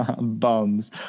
Bums